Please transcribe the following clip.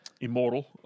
Immortal